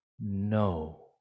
no